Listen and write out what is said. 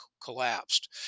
collapsed